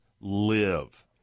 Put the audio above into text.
live